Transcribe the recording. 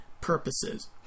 purposes